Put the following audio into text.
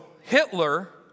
Hitler